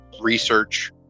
research